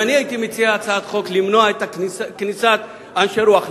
אם אני הייתי מציע הצעת חוק למנוע את כניסת אנשי רוח,